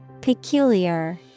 Peculiar